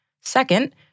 Second